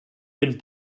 wenn